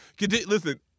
listen